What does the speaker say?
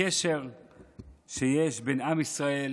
הקשר שיש בין עם ישראל